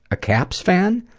a caps fan?